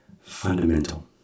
fundamental